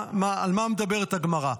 על מה מדברת הגמרא?